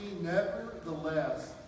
nevertheless